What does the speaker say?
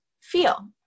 feel